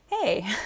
hey